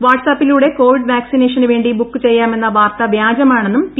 വാട്സ് ആപ്പിലൂടെ കോവിഡ് വാക്സിനേഷന് വേണ്ടി ബുക്ക് ചെയ്യാമെന്ന വാർത്ത വ്യാജമാണെന്നും പ്പി